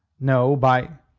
no, by.